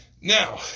Now